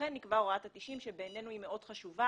לכן נקבעה הוראת 90 הימים שבעינינו היא מאוד חשובה.